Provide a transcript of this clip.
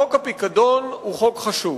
חוק הפיקדון הוא חוק חשוב.